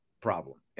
problem